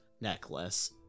necklace